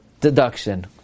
deduction